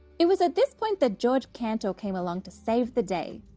it was at this point that georg cantor came along to save the day.